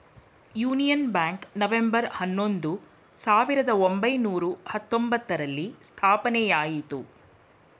union bank November ಹನ್ನೊಂದು, ಸಾವಿರದ ಒಂಬೈನೂರ ಹತ್ತೊಂಬ್ತರಲ್ಲಿ ಸ್ಥಾಪನೆಯಾಯಿತು